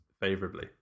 favorably